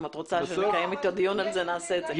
אם את רוצה שנקיים אתו דיון על זה, נעשה את זה.